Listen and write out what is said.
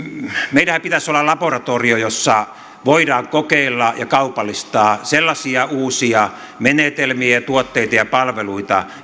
meidänhän pitäisi olla laboratorio jossa voidaan kokeilla ja kaupallistaa sellaisia uusia menetelmiä tuotteita ja palveluita